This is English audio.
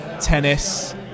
tennis